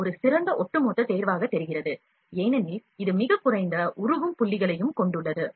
ஏ ஒரு சிறந்த ஒட்டுமொத்த தேர்வாகத் தெரிகிறது ஏனெனில் இது மிகக் குறைந்த உருகும் புள்ளிகளை கொண்டுள்ளது